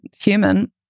human